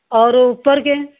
और ऊपर के